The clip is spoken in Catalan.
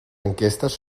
enquestes